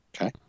Okay